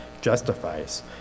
justifies